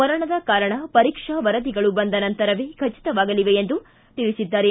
ಮರಣದ ಕಾರಣ ಪರೀಕ್ಷಾ ವರದಿಗಳು ಬಂದ ನಂತರವೇ ಖಚಿತವಾಗಲಿದೆ ಎಂದು ತಿಳಿಸಿದ್ದಾರೆ